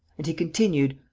and he continued,